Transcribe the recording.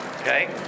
Okay